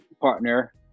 partner